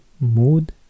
Mood